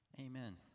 Amen